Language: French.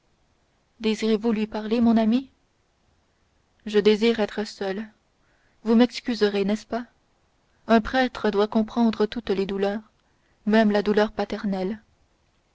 désirez-vous lui parler mon ami je désire être seul vous m'excuserez n'est-ce pas un prêtre doit comprendre toutes les douleurs même la douleur paternelle